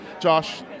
Josh